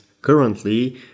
currently